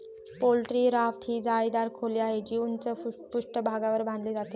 poultry raft ही जाळीदार खोली आहे, जी उंच पृष्ठभागावर बांधली जाते